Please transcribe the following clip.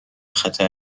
خطر